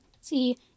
see